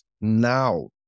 now